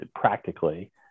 practically